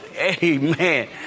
Amen